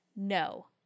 No